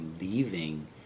leaving